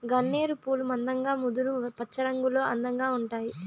గన్నేరు పూలు మందంగా ముదురు పచ్చరంగులో అందంగా ఉంటాయి